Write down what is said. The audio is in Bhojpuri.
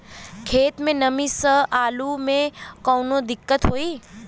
खेत मे नमी स आलू मे कऊनो दिक्कत होई?